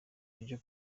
buryo